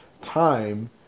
time